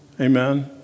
Amen